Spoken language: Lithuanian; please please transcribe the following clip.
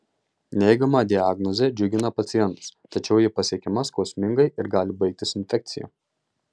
neigiama diagnozė džiugina pacientus tačiau ji pasiekiama skausmingai ir gali baigtis infekcija